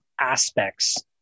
aspects